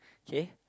K